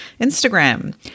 Instagram